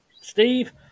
Steve